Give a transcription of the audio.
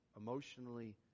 emotionally